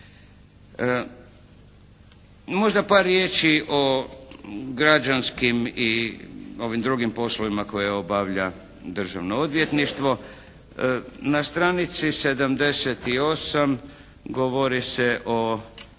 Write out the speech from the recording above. Možda par riječi o građanskim i ovim drugim poslovima koje obavlja državno odvjetništvo. Na stranici 78 govori se o